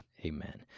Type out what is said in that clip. amen